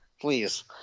Please